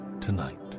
tonight